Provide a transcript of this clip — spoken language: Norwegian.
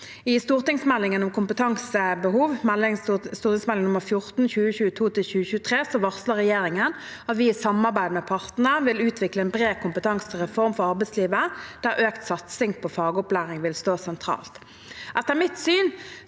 I stortingsmeldingen om kompetansebehov, Meld. St. 14 for 2022–2023, varsler regjeringen at vi i samarbeid med partene vil utvikle en bred kompetansereform for arbeidslivet, der økt satsing på fagopplæring vil stå sentralt.